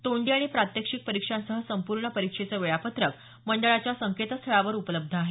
तोंडी आणि प्रात्यक्षिक परीक्षांसह संपूर्ण परीक्षेचं वेळापत्रक मंडळाच्या संकेतस्थळावर उपलब्ध आहे